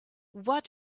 what